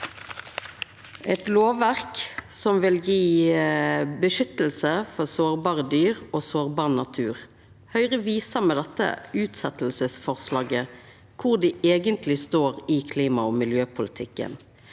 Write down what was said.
eit lovverk som vil gje beskyttelse for sårbare dyr og sårbar natur. Høgre viser med dette utsetjingsforslaget kvar dei eigentleg står i klima- og miljøpolitikken.